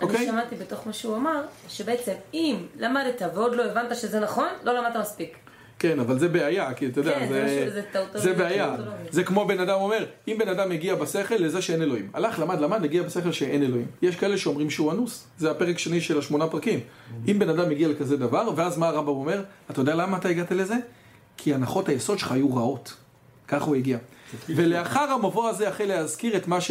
אוקיי? אני שמעתי בתוך מה שהוא אמר, שבעצם, אם למדת ועוד לא הבנת שזה נכון, לא למדת מספיק. כן, אבל זה בעיה, כי אתה יודע, זה... כן, זה משהו שזה טעותו... זה בעיה. זה כמו בן אדם אומר, אם בן אדם הגיע בשכל לזה שאין אלוהים. הלך, למד, למד, הגיע בשכל שאין אלוהים. יש כאלה שאומרים שהוא אנוס, זה הפרק שני של השמונה פרקים. אם בן אדם מגיע לכזה דבר, ואז מה הרמב"ם אומר? אתה יודע למה אתה הגעת לזה? כי הנחות היסוד שלך היו רעות. כך הוא הגיע. ולאחר המבוא הזה, אחרי להזכיר את מה ש...